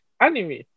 Anime